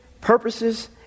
purposes